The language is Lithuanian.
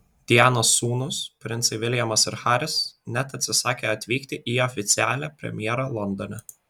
dianos sūnūs princai viljamas ir haris net atsisakė atvykti į oficialią premjerą londone